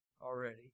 already